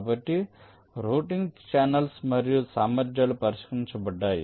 కాబట్టి routing channels మరియు సామర్థ్యాలు పరిష్కరించబడ్డాయి